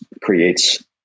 creates